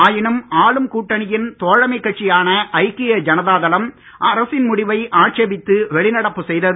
ஆயினும் ஆளும் கூட்டணியின் தோழைமைக் கட்சியான ஐக்கிய ஜனதா தளம் அரசின் முடிவை ஆட்சேபித்து வெளிநடப்பு செய்தது